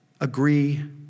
agree